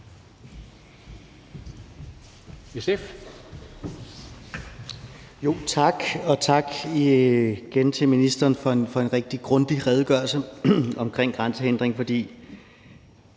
Og igen tak til ministeren for en rigtig grundig redegørelse om grænsehindringer.